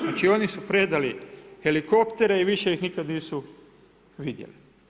Znači oni su predali helikoptere i više ih nikad nisu vidjeli.